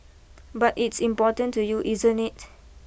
but it's important to you isn't it